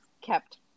kept